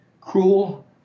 cruel